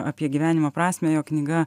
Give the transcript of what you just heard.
apie gyvenimo prasmę jo knyga